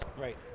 Right